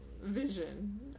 vision